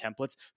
templates